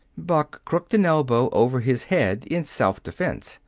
buck crooked an elbow over his head in self-defense.